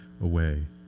away